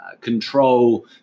control